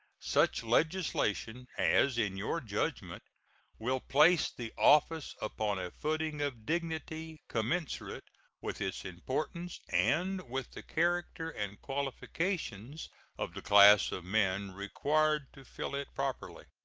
such legislation as in your judgment will place the office upon a footing of dignity commensurate with its importance and with the character and qualifications of the class of men required to fill it properly.